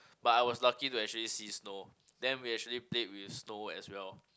but I was lucky to actually see snow then we actually played with snow as well